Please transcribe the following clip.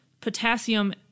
potassium